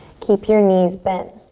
keep your knees bent.